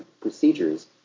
procedures